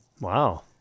Wow